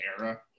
era